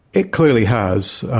it clearly has.